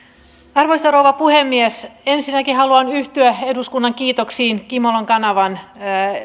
arvoisa rouva puhemies ensinnäkin haluan yhtyä eduskunnan kiitoksiin kimolan kanavan